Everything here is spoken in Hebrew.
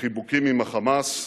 וחיבוקים עם ה"חמאס",